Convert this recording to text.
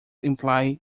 imply